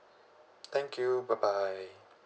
thank you bye bye